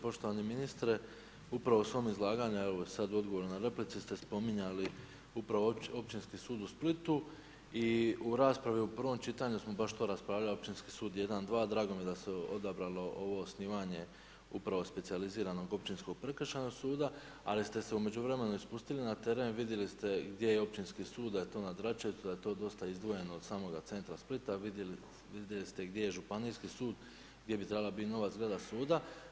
Poštovani ministre, upravo u svom izlaganju, evo sad u odgovoru na replici ste spominjali upravo Općinski sud u Splitu i u raspravi u prvom čitanju smo baš to raspravljali, Općinski sud 1, 2, drago mi je da se odabralo ovo osnivanje upravo specijaliziranog Općinsko prekršajnog suda, ali ste se u međuvremenu spustili na teren, vidjeli ste gdje je Općinski sud, da je to na, … da je to dosta izdvojeno od samoga centra Splita, vidjeli ste gdje je Županijski sud, gdje bi trebala biti nova zgrada suda.